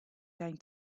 going